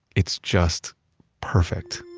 it's just perfect.